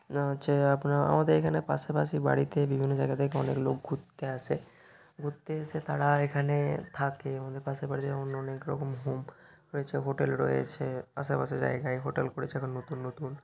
না হচ্ছে আপনার আমাদের এখানে পাশাপাশি বাড়িতে বিভিন্ন জায়গা থেকে অনেক লোক ঘুরতে আসে ঘুরতে এসে তারা এখানে থাকে আমাদের পাশের বাড়িতে এমন অন্য অনেক রকম হোম রয়েছে হোটেল রয়েছে আশেপাশে জায়গায় হোটেল করেছে আরও নতুন নতুন